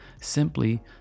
simply